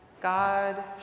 God